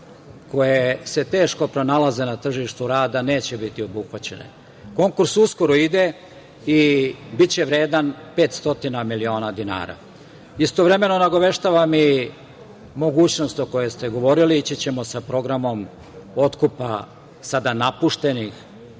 koje se teško pronalaze na tržištu rada neće biti obuhvaćene. Konkurs uskoro ide i biće vredan 500 miliona dinara. Istovremeno, nagoveštavam mogućnost o kojoj ste govorili. Ići ćemo sa programom otkupa sada napuštenih